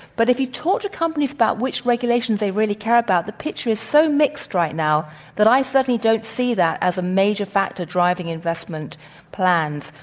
but if you talk to companies about which regulations they really care about, the picture is so mixed right now that i certainly don't see that as a major factor driving investment plans,